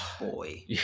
boy